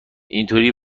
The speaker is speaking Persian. اینطوری